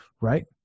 right